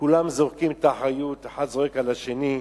כולם זורקים את האחריות, אחד זורק על השני.